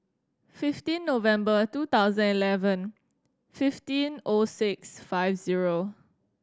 fifteen November two thousand eleven fifteen O six five zero